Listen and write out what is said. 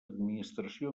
administració